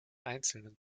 einzelnen